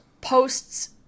posts